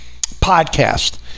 podcast